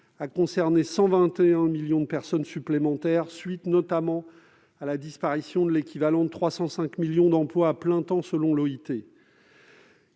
a concerné 121 millions de personnes supplémentaires en 2020, à la suite notamment de la disparition de l'équivalent de 305 millions d'emplois à plein temps selon